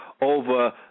over